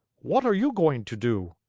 what are you going to do?